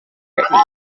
britney